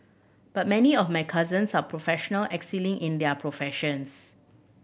but many of my cousins are professional excelling in their professions